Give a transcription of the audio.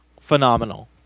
Phenomenal